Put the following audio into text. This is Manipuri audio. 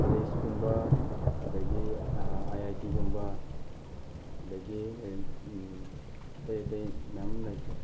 ꯀꯣꯂꯦꯁꯀꯨꯝꯕ ꯑꯗꯒꯤ ꯑꯥꯏ ꯑꯥꯏ ꯇꯤ ꯒꯨꯝꯕ ꯑꯗꯒꯤ ꯑꯇꯩ ꯑꯇꯩ ꯃꯌꯥꯝ ꯑꯃ ꯂꯩꯈ꯭ꯔꯦ